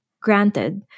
Granted